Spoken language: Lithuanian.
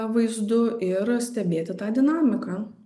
vaizdu ir stebėti tą dinamiką